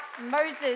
Moses